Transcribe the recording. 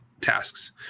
tasks